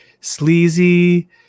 sleazy